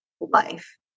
life